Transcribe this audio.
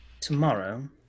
Tomorrow